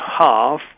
half